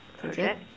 project